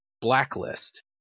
blacklist